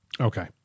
Okay